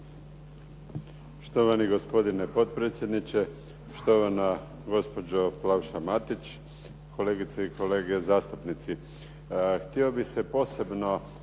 Štovani gospodine potpredsjedniče, štovana gospođo Plavšan Matić, kolegice i kolege zastupnici. Htio bih se posebno